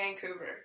Vancouver